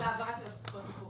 --- העברה של הפקות מקור.